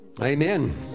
Amen